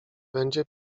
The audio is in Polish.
będzie